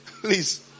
Please